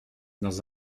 dans